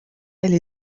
elle